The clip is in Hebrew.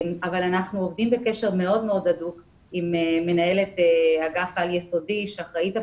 אנחנו עובדים בקשר מאוד מאוד הדוק עם מנהלת אגף על-יסודי שאחראית על